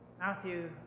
Matthew